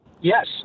Yes